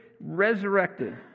resurrected